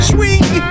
Swing